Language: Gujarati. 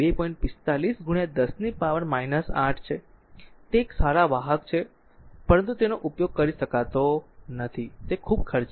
45 10 ની પાવર 8 છે તે એક સારા વાહક છે પરંતુ તેનો ઉપયોગ કરી શકતા નથી તે ખૂબ ખર્ચાળ છે